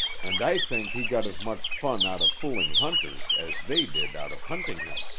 and i think he got as much fun out of fooling hunters as they did out of hunting him.